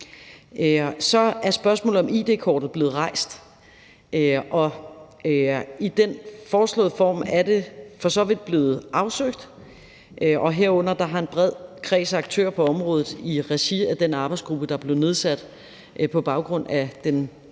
Så er spørgsmålet om id-kortet blevet rejst, og i den foreslåede form er det for så vidt blevet afsøgt. I forbindelse med det har en bred kreds af aktører på området i regi af den arbejdsgruppe, der blev nedsat på baggrund af det tidligere